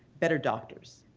better doctors,